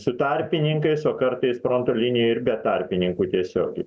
su tarpininkais o kartais fronto linijoj ir be tarpininkų tiesiogiai